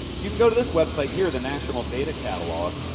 you and go to this web site here, the national data catalog,